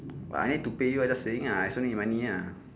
but I need to pay you I just saying ah I also need money ah